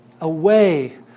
away